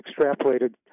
extrapolated